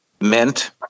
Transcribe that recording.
meant